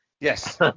Yes